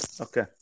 Okay